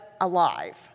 alive